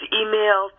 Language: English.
email